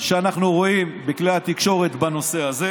שאנחנו רואים בכלי התקשורת בנושא הזה.